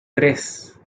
tres